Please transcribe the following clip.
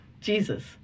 Jesus